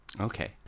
Okay